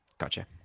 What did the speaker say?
Gotcha